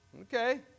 Okay